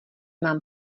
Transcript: mám